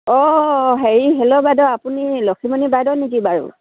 অঁ হেৰি হেল্ল' বাইদেউ আপুনি লখিমণী বাইদেউ নেকি বাৰু